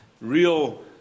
real